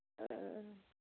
ہاں